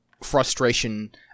frustration